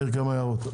הערות?